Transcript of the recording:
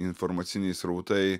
informaciniai srautai